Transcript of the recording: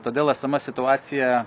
todėl esama situacija